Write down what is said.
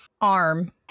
Arm